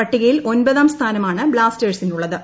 പട്ടികയിൽ ഒമ്പതാം സ്ഥാനമാണ് ബ്ലാസ്റ്റേഴ്സിനുള്ളത്